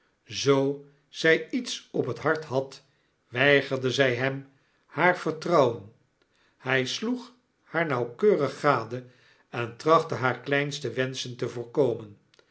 zoo zy lets op het hart had weigerde zy hem haar vertrouwen hij sloeg haarnauwkeuriggadeen trachtte hare kleinste wenschen te voorkomen